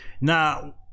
now